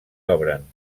obren